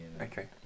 Okay